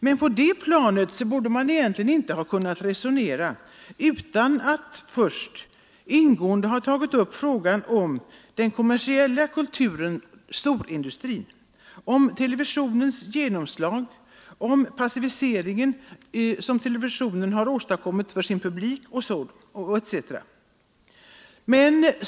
Men på det planet borde man egentligen inte ha kunnat resonera utan att först ingående ha tagit upp den kommersiella kulturens storindustri, televisionens genomslag och passivisering av sin publik etc.